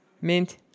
mint